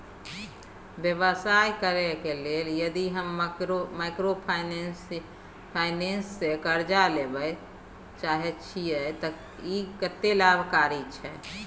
व्यवसाय करे के लेल यदि हम माइक्रोफाइनेंस स कर्ज लेबे चाहे छिये त इ कत्ते लाभकारी छै?